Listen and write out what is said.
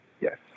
Yes